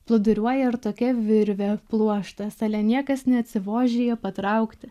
plūduriuoja ir tokia virvė pluoštas ale niekas neatsivožija patraukti